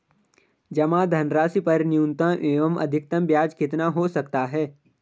जमा धनराशि पर न्यूनतम एवं अधिकतम ब्याज कितना हो सकता है?